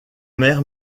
mer